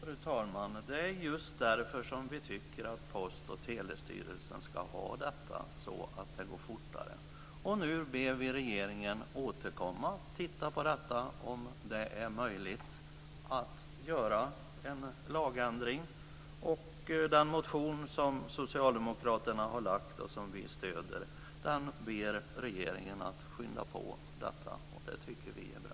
Fru talman! Det är just för att det går fortare som vi tycker att Post och telestyrelsen ska ha denna roll. Nu ber vi regeringen att återkomma och titta på om det är möjligt att göra en lagändring. Den motion som socialdemokraterna har väckt och som vi stöder innebär att vi ber regeringen att skynda på detta. Det tycker vi är bra.